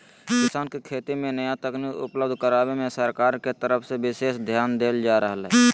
किसान के खेती मे नया तकनीक उपलब्ध करावे मे सरकार के तरफ से विशेष ध्यान देल जा रहल हई